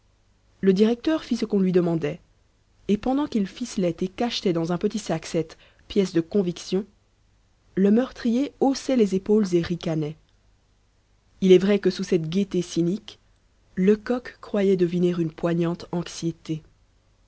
le directeur fit ce qu'on lui demandait et pendant qu'il ficelait et cachetait dans un petit sac cette pièce de conviction le meurtrier haussait les épaules et ricanait il est vrai que sous cette gaieté cynique lecoq croyait deviner une poignante anxiété